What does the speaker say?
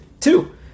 Two